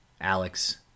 Alex